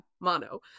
Mono